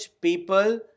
people